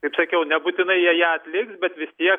kaip sakiau nebūtinai jie ją atliks bet vis tiek